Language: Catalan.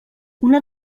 una